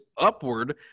upward